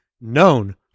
known